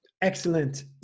Excellent